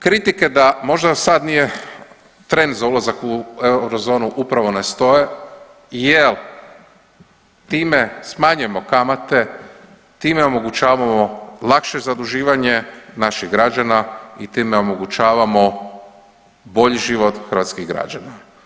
Kritike da možda sad nije trend za ulazak u eurozonu upravo ne stoje jel time smanjujemo kamate, time omogućavamo lakše zaduživanje naših građana i time omogućavamo bolji život hrvatskih građana.